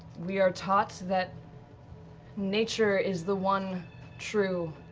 we are taught that nature is the one true